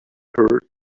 heard